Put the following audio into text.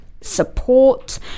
support